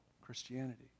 Christianity